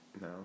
No